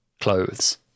clothes